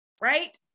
right